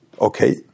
okay